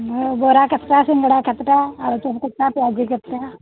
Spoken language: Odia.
ମୁଁ ବରା କେତେଟା ସିଙ୍ଗଡ଼ା କେତେଟା ଆଳୁଚପ କେତେଟା ପିଆଜି କେତେଟା